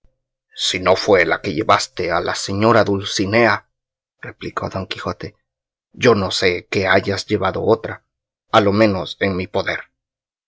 si no fue la que llevaste a la señora dulcinea replicó don quijote yo no sé que hayas llevado otra a lo menos en mi poder